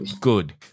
Good